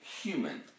human